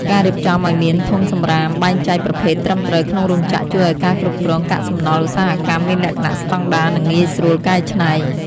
ការរៀបចំឱ្យមានធុងសម្រាមបែងចែកប្រភេទត្រឹមត្រូវក្នុងរោងចក្រ ជួយឱ្យការគ្រប់គ្រងកាកសំណល់ឧស្សាហកម្មមានលក្ខណៈស្ដង់ដារ និងងាយស្រួលកែច្នៃ។